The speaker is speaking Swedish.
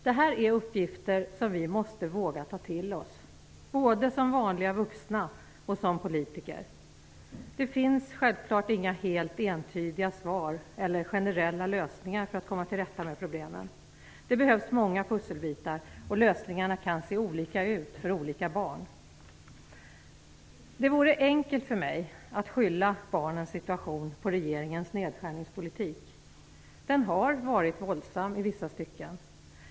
Detta är uppgifter som vi måste våga ta till oss, både som vanliga vuxna och som politiker. Det finns självfallet inga helt entydiga svar eller generella lösningar för att komma till rätta med problemen. Det behövs många pusselbitar, och lösningarna kan se olika ut för olika barn. Det vore enkelt för mig att skylla barnens situation på regeringens nedskärningspolitik. Den har varit våldsam i vissa stycken.